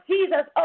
Jesus